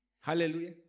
Hallelujah